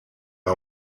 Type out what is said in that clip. l’a